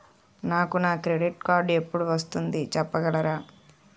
నాకు నా credit card ఎపుడు వస్తుంది చెప్పగలరా?